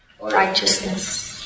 Righteousness